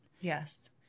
Yes